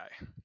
guy